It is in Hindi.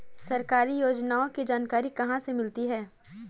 सरकारी योजनाओं की जानकारी कहाँ से मिलती है?